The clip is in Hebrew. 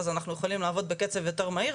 אז אנחנו יכולים לעבוד בקצב יותר מהיר,